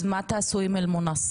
אז מה תעשו עם אל מונסק?